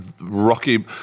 Rocky